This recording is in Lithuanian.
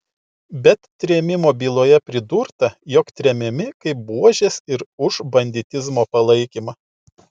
bet trėmimo byloje pridurta jog tremiami kaip buožės ir už banditizmo palaikymą